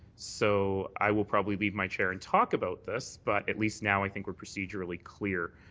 so i will probably leave my chair and talk about this, but at least now i think we're procedurally clear.